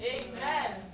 Amen